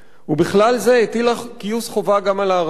ובכלל זה הטילה גיוס חובה גם על הארמנים.